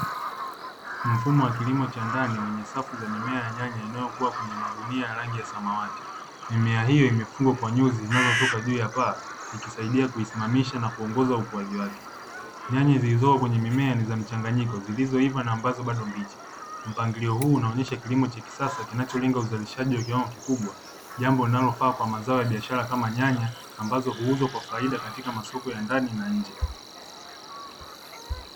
Mfumo wa kilimo cha ndani wenye safu za mimea ya nyanya inayokuwa kwenye magunia ya rangi ya samawati, mimea hiyo imefungwa kwa nyuzi zinazotoka juu ya paa ikisaidia kuisimamisha na kuongoza ukuaji wake. Nyanya zilizoko kwenye mimea ni za mchanganyiko zilizoiva na ambazo bado mbichi. Mpangilio huu unaonyesha kilimo cha kisasa kinacholenga uzalishaji wa kiwango kikubwa, jambo linalofaa kwa mazao ya biashara kama nyanya ambazo huuzwa kwa faida katika masoko ya ndani na nje.